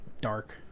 dark